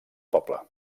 poble